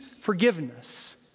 forgiveness